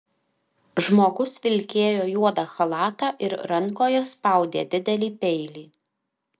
žmogus vilkėjo juodą chalatą ir rankoje spaudė didelį peilį